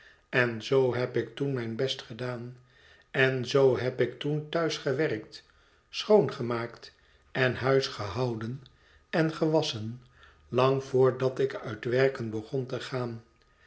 en zoo heb ik toen mijn best gedaan en zoo heb ik toen thuis gewerkt schoongemaakt en huis gehouden en gewasschen lang voor dat ik uit werken begon te gaan